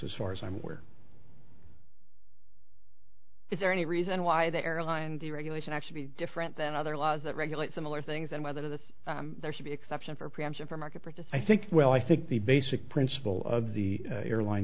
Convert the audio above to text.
as far as i'm aware is there any reason why the airline deregulation actually be different than other laws that regulate similar things and whether this there should be exceptions or preemption for market versus i think well i think the basic principle of the airline